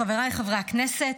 חבריי חברי הכנסת,